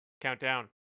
countdown